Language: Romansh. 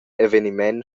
eveniment